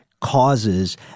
causes